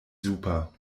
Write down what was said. super